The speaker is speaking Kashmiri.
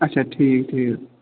اچھا ٹھیٖک ٹھیٖک